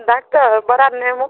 doctor बड़ा नेमो